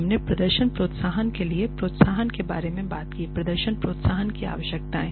हमने प्रदर्शन प्रोत्साहन के लिए प्रोत्साहन के बारे में बात की प्रदर्शन प्रोत्साहन की आवश्यकताएं